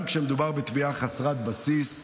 גם כשמדובר בתביעת חסרת בסיס,